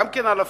גם כן אלפים,